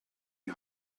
die